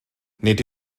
nid